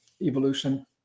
evolution